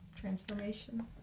transformation